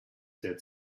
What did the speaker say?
that